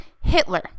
Hitler